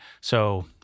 So-